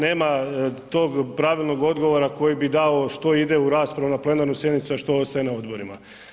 Nema tog pravilnog odgovora koji bi dao što ide u raspravu na plenarnu sjednicu a što ostaje na odborima.